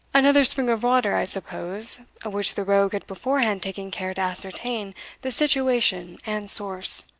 another spring of water, i suppose, of which the rogue had beforehand taken care to ascertain the situation and source.